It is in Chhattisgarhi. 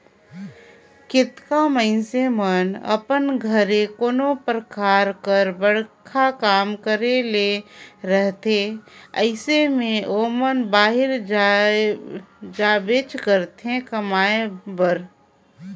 केतनो मइनसे मन अपन घरे कोनो परकार कर बड़खा काम करे ले रहथे अइसे में ओमन बाहिरे जाबेच करथे कमाए बर